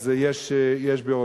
אז יש ביורוקרטיה.